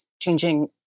changing